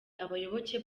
abayoboke